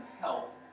help